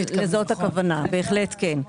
לזאת הכוונה, בהחלט כן.